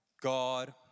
God